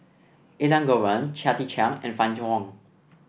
Elangovan Chia Tee Chiak and Fann Wong